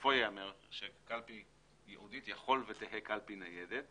שבסופו ייאמר שקלפי ייעודית יכול ותהא קלפי ניידת.